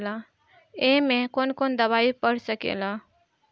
ए में कौन कौन दवाई पढ़ सके ला?